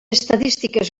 estadístiques